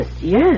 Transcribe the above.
yes